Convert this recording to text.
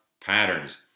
patterns